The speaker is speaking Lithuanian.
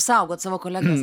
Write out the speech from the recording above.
saugot savo kolegas